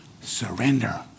Surrender